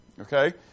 Okay